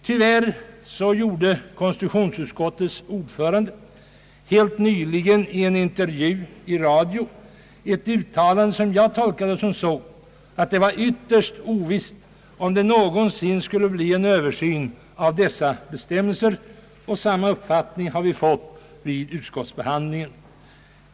Tyvärr gjorde konstitutionsutskoitets ordförande helt nyligen i en intervju i radio ett uttalande, som jag tolkade så att det var ytterst ovisst om man någonsin skulle göra en översyn av dessa bestämmelser. Samma uppfattning har vi fått vid utskottsbehandlingen.